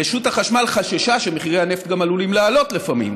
רשות החשמל חששה שמחירי הנפט גם עלולים לעלות לפעמים,